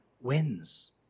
wins